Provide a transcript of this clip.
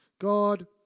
God